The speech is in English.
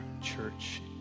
church